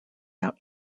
out